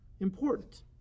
Important